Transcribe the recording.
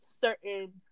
certain